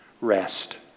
rest